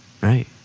Right